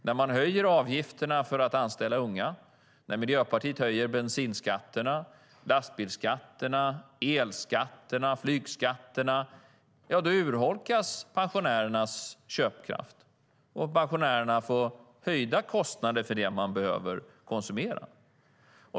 När man höjer avgifterna för att anställa unga och när Miljöpartiet höjer bensinskatterna, lastbilskatterna, elskatterna och flygskatterna urholkas pensionärernas köpkraft och de får höjda kostnader för det som de behöver konsumera.